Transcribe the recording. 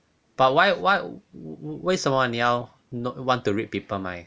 but why why 为什么你要 not want to read people mind